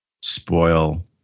spoil